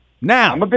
Now